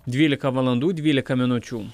dvylika valandų dvylika minučių